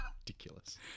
Ridiculous